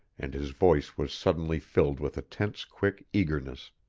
and his voice was suddenly filled with a tense quick eagerness.